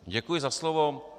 Děkuji za slovo.